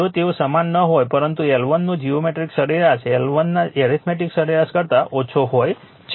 જો તેઓ સમાન ન હોય પરંતુ L1 નો જીઓમેટ્રિક સરેરાશ L1 ના એરિથમેટિક સરેરાશ કરતાં ઓછો હોય છે